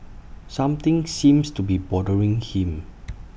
something seems to be bothering him